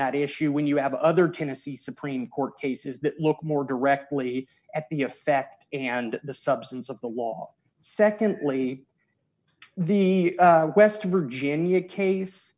that issue when you have other tennessee supreme court cases that look more directly at the effect and the substance of the law secondly the west virginia case